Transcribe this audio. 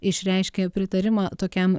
išreiškė pritarimą tokiam